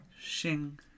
Shing